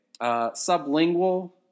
Sublingual